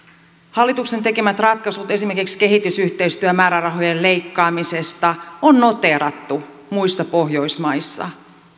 hallituksen tekemät ratkaisut esimerkiksi kehitysyhteistyömäärärahojen leikkaamisesta on noteerattu muissa pohjoismaissa